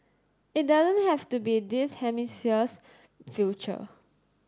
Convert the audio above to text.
it doesn't have to be this hemisphere's future